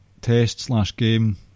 test-slash-game